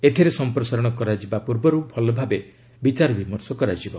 ଏଥିରେ ସଂପ୍ରସାରଣ କରାଯିବା ପୂର୍ବରୁ ଭଲଭାବେ ବିଚାର ବିମର୍ଶ କରାଯିବ